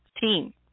team